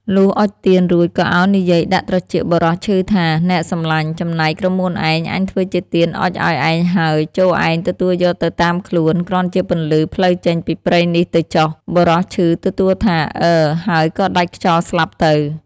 លុះអុចទៀនរួច ក៏ឱននិយាយដាក់ត្រចៀកបុរសឈឺថា "នែសំឡាញ់! ចំណែកក្រមួនឯង អញធ្វើជាទៀនអុជឲ្យឯងហើយ ចូរឯងទទួលយកទៅតាមខ្លួន គ្រាន់ជាពន្លឺផ្លូវចេញពីព្រៃនេះទៅចុះ!" បុរសឈឺទទួលថា "អឺ!" ហើយក៏ដាច់ខ្យល់ស្លាប់ទៅ។